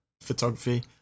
photography